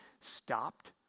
stopped